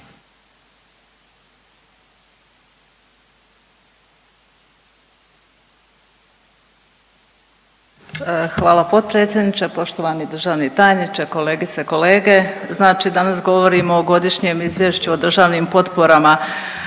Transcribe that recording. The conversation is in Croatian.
Hvala potpredsjedniče. Poštovani državni tajniče, kolegice i kolege, znači danas govorimo o Godišnjem izvješću o državnim potporama